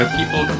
people